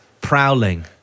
prowling